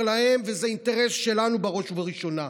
להם וזה אינטרס שלנו בראש ובראשונה.